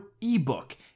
ebook